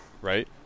right